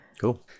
Cool